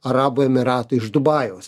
arabų emyratų iš dubajaus